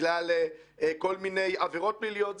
בגלל כל מיני עבירות פליליות.